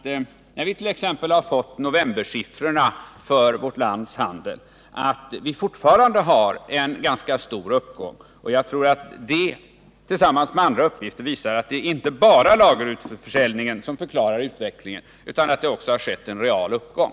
har 15 december 1978 fått novembersiffrorna för vårt lands handel, att vi fortfarande har en ganska stor uppgång. Jag tror att det tillsammans med andra uppgifter visar att det inte bara är lagerutförsäljningen som förklarar utvecklingen utan att det också har skett en real uppgång.